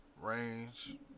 range